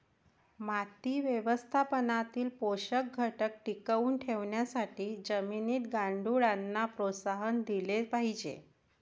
माती व्यवस्थापनातील पोषक घटक टिकवून ठेवण्यासाठी जमिनीत गांडुळांना प्रोत्साहन दिले पाहिजे